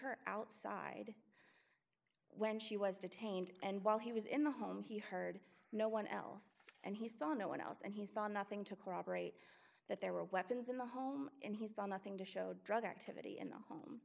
her outside when she was detained and while he was in the home he heard no one else and he saw no one else and he saw nothing to corroborate that there were weapons in the home and he's done nothing to show drug activity in the home